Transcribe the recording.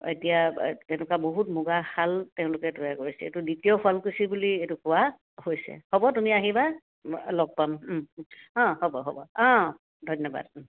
এতিয়া এনেকুৱা বহুত মুগা শাল তেওঁলোকে তৈয়াৰ কৰিছে এইটো দ্বিতীয় শুৱালকুছি বুলি এইটো কোৱা হৈছে হ'ব তুমি আহিবা লগ পাম অঁ হ'ব হ'ব অঁ ধন্যবাদ